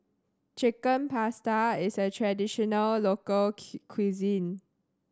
Chicken Pasta is a traditional local cuisine